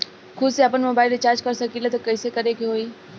खुद से आपनमोबाइल रीचार्ज कर सकिले त कइसे करे के होई?